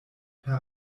per